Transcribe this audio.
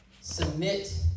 submit